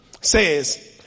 says